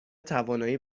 توانایی